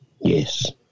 yes